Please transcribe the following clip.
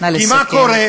כי מה קורה?